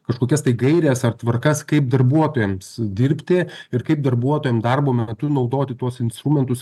kažkokias tai gaires ar tvarkas kaip darbuotojams dirbti ir kaip darbuotojam darbo metu naudoti tuos instrumentus